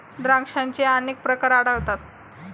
द्राक्षांचे अनेक प्रकार आढळतात